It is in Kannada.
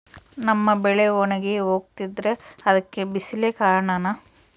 ನಮ್ಮ ಬೆಳೆ ಒಣಗಿ ಹೋಗ್ತಿದ್ರ ಅದ್ಕೆ ಬಿಸಿಲೆ ಕಾರಣನ?